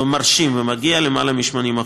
ומגיע ליותר מ-80%,